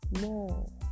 more